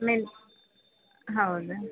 men ಹೌದಾ